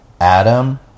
Adam